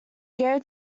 gave